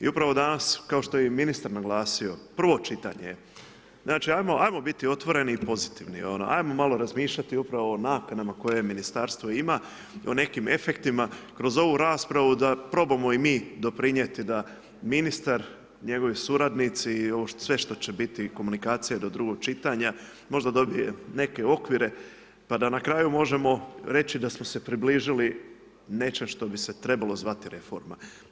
I upravo danas kao što je i ministar naglasio, prvo čitanje je, znači ajmo biti otvoreni i pozitivni, ajmo malo razmišljati upravo o nakanama koje ministarstvo ima i o nekim efektima, kroz ovu raspravu da probamo i mi doprinijeti da ministar, njegovi suradnici i ovo sve što će biti i komunikacija do drugog čitanja možda dobije neke okvire pa da na kraju možemo reći da smo se približili nečem što bi se trebalo zvati reforma.